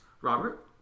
robert